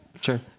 Sure